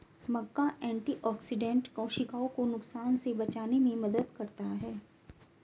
मक्का antioxidant कोशिकाओं को नुकसान से बचाने में मदद करता है